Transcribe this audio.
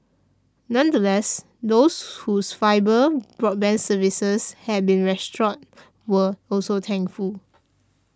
nonetheless those whose fibre broadband services had been restored were also thankful